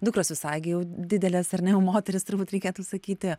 dukros visai gi jau didelės ar ne jau moterys turbūt reikėtų sakyti